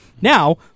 Now